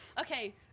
okay